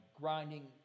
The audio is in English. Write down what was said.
grinding